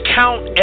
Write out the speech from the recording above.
count